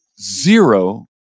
zero